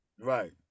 right